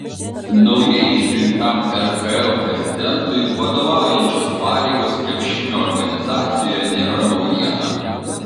naujai išrinktam rkl prezidentui vadovaujančios pareigos krepšinio organizacijoje nėra naujiena